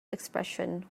expression